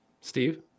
Steve